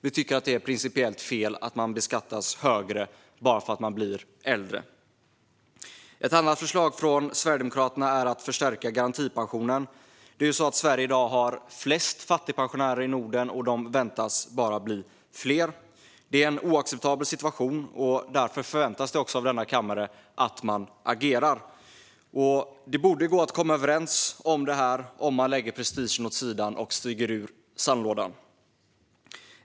Vi tycker att det är principiellt fel att beskattas högre bara för att man blir äldre. Ett annat förslag från Sverigedemokraterna är att förstärka garantipensionen. Sverige har i dag flest fattigpensionärer i Norden, och de väntas bli fler. Det är en oacceptabel situation, och det förväntas därför av denna kammare att man agerar. Det borde gå att komma överens om detta om man lägger prestigen åt sidan och stiger ur sandlådan.